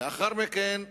לאחר מכן,